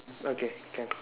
okay can